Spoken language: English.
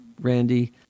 Randy